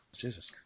Jesus